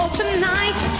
tonight